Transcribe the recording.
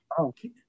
Okay